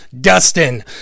Dustin